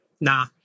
nah